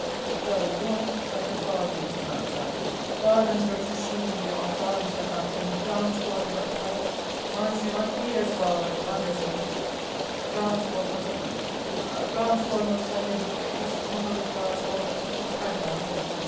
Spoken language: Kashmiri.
ہفتَس دۄن ہَفتَن نہٕ پاورٕے وُچھان زانہہ تارَن پٮ۪ٹھ چھُ شیٖن پیٚوان تارٕ چھِ آسان ژھیٚنٕمَژ ٹرٛانسفارمَر مطلب منٛزٕ چھُ یِوان تیز پاوَر وَنٛدَس منٛز تہِ ٹرٛانسفامَر مطلب ٲں ٹرٛانسفارمَر چھُ آسان نیٚبرٕ کٔنۍ یُس محلُک ٹرٛانَسفارمَر سُہ چھُ پھٹان تٔتی